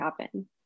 happen